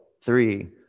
three